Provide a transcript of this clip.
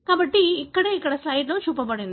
కాబట్టి అదే ఇక్కడ స్లయిడ్లో ఉంచబడింది